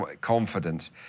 confidence